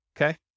Okay